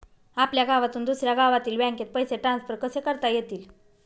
आपल्या गावातून दुसऱ्या गावातील बँकेत पैसे ट्रान्सफर कसे करता येतील?